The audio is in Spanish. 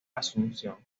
asunción